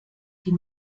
die